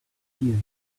ear